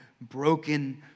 broken